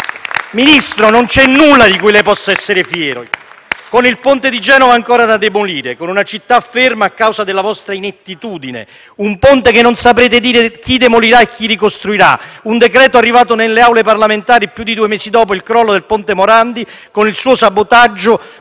Ministro, non c'è nulla di cui lei possa essere fiero, con il ponte di Genova ancora da demolire, con una città ferma a causa della vostra inettitudine, un ponte che non sapete dire chi demolirà e chi ricostruirà, un decreto arrivato nelle Aule parlamentari più di due mesi dopo il crollo del ponte Morandi, con il suo sabotaggio